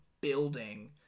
building